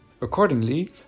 Accordingly